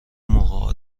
موقع